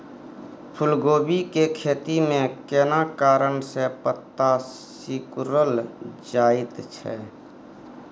फूलकोबी के खेती में केना कारण से पत्ता सिकुरल जाईत छै?